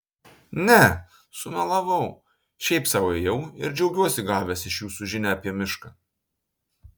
ne sumelavau šiaip sau ėjau ir džiaugiuosi gavęs iš jūsų žinią apie mišką